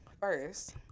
first